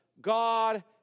God